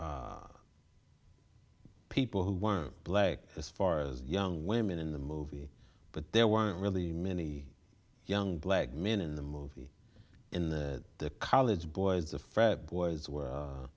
people who were black as far as young women in the movie but there weren't really many young black men in the movie in the college boys the frat boys were